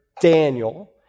Daniel